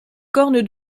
corne